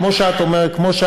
כמו שאת אמרת,